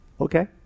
Okay